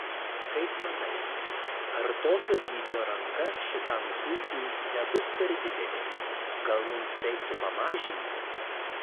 kaip manai ar tokio dydžio ranka šitam zuikiui nebus per didelė gal mums reiktų pamažinti